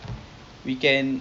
ah ya lah